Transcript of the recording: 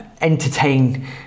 entertain